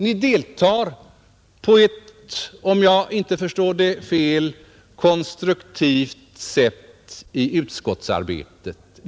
Ni deltar på ett, om jag inte förstår det fel, konstruktivt sätt i utskottsarbetet.